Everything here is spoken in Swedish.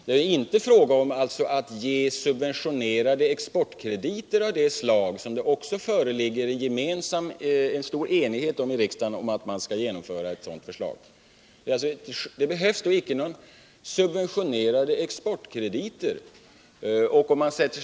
Det är alltså inte fråga om att ge subven tionerade krediter av det slag som det här i riksdagen föreligger stor enighet om att genomföra. Det behövs helt icke-subventionerade exportkrediter vid IDB-export.